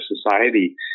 society